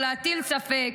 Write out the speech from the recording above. או להטיל ספק.